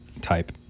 type